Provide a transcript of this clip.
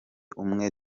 umwe